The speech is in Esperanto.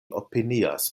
opinias